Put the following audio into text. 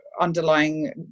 underlying